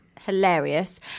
hilarious